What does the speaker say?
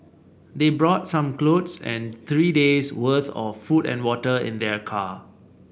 they brought some clothes and three day's worth of food and water in their car